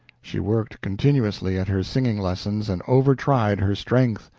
she worked continuously at her singing lessons and over-tried her strength.